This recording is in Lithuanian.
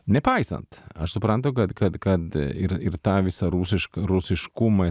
nepaisant aš suprantu kad kad kad ir ir tą visą rusišk rusiškumą